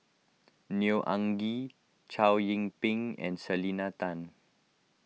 Neo Anngee Chow Yian Ping and Selena Tan